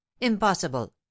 Impossible